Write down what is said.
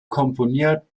komponierte